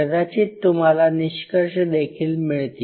कदाचित तुम्हाला निष्कर्षदेखील मिळतील